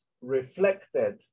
Reflected